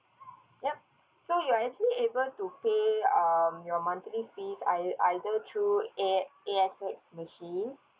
yup so you are actually able to pay um your monthly fees e~ either through A~ A_X_S machine